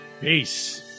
Peace